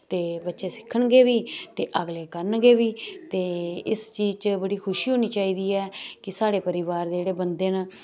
ते बच्चें सिखन गे बी ते अगले करना गे बी ते इस चीज च बड़ी खुशी होनी चाहिदी ऐ कि साढ़े परोआर दे जेह्ड़े बंदे न